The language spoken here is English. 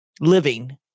living